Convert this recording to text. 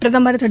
பிரதம் திரு